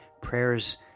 prayers